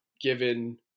given